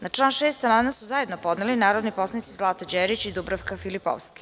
Na član 6. amandman su zajedno podneli narodni poslanici Zlata Đerić i Dubravka Filipovski.